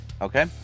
Okay